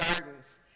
gardens